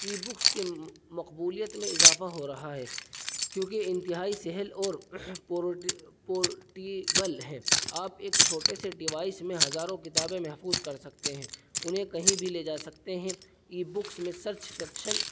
ای books کے مقبولیت میں اضافہ ہو رہا ہے کیونکہ انتہائی سہل اور پورٹیبل ہے آپ ایک چھوٹے سے ڈیوائس میں ہزاروں کتابیں محفوظ کر سکتے ہیں انہیں کہیں بھی لے جا سکتے ہیں ای بکس میں سرچ فنکشن